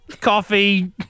coffee